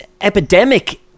epidemic